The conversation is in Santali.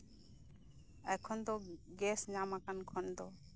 ᱮᱠᱷᱚᱱ ᱫᱚ ᱜᱮᱥ ᱧᱟᱢᱟᱠᱟᱱ ᱠᱷᱚᱱ ᱫᱚ